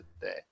today